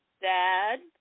Dad